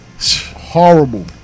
Horrible